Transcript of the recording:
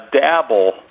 dabble